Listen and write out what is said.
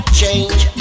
change